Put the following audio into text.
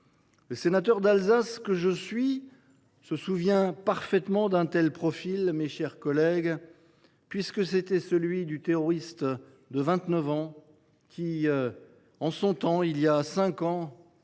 Le sénateur d’Alsace que je suis se souvient parfaitement d’un tel profil, mes chers collègues, puisque c’était celui du terroriste de 29 ans qui a frappé Strasbourg,